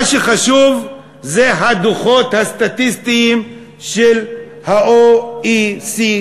מה שחשוב זה הדוחות הסטטיסטיים של ה-OECD.